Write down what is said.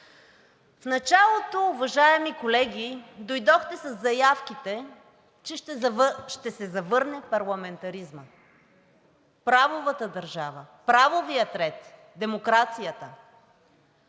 В началото, уважаеми колеги, дойдохте със заявките, че ще се завърнат парламентаризмът, правовата държава, правовият ред, демокрацията.